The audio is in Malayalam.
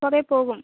കുറേ പോകും